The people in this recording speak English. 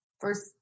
first